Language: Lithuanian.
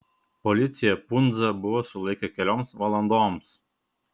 policija pundzą buvo sulaikę kelioms valandoms